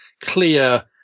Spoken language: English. clear